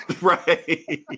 right